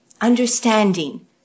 understanding